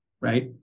right